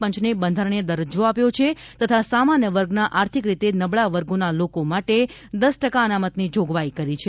પંચને બંધારણીય દરજ્જો આપ્યો છે તથા સામાન્ય વર્ગના આર્થિક રીતે નબળા વર્ગોના લોકો માટે દસ ટકા અનામતની જોગવાઇ કરી છે